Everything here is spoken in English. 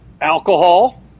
alcohol